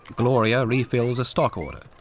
gloria refills a stock order.